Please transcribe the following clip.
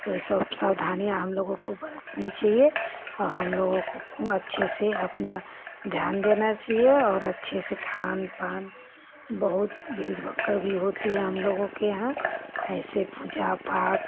तो यह सब सावधानियाँ हम लोग को बरतनी चहिए और हम लोगों को खूब अच्छे से अपना ध्यान देना चाहिए और अच्छे से खान पान बहुत भीड़ भक्कर भी होती है हम लोगों के यहाँ ऐसे पूजा पाठ